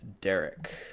Derek